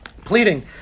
pleading